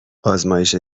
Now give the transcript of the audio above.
آزمایش